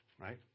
right